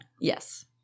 Yes